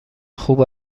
خوب